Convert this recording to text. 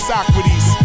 Socrates